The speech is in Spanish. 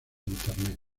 internet